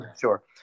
sure